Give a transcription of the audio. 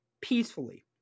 peacefully